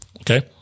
Okay